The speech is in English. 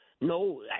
No